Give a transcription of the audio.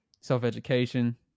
self-education